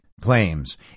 claims